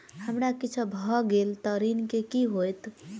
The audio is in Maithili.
हमरा किछ भऽ गेल तऽ ऋण केँ की होइत?